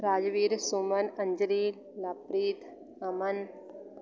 Rajveer Suman Anjali Lovepreet Aman